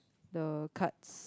the cards